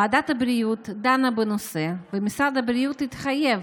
ועדת הבריאות דנה בנושא ומשרד הבריאות התחייב,